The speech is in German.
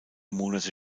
monate